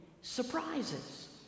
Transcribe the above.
surprises